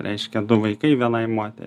reiškia du vaikai vienai mote